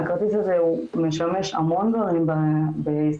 הכרטיס הזה משמש להמון דברים בישראל,